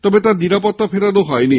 তবে তার নিরাপত্তা ফেরানো হয়নি